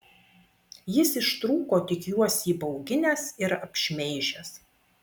jis ištrūko tik juos įbauginęs ir apšmeižęs